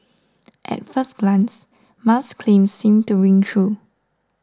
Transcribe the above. at first glance Musk's claim seems to ring true